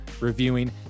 reviewing